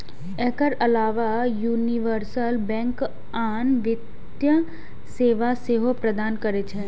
एकर अलाव universal bank आन वित्तीय सेवा सेहो प्रदान करै छै